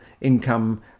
income